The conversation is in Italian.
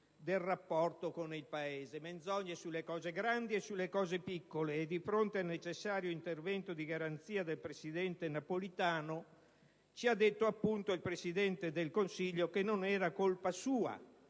del rapporto con il Paese; menzogne sulle cose grandi e sulle cose piccole, e di fronte al necessario intervento di garanzia del presidente Napolitano ci ha detto appunto, il Presidente del Consiglio, che non era colpa sua: